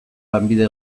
lanbide